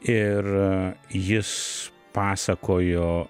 ir jis pasakojo